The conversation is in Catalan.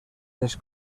les